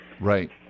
Right